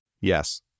Yes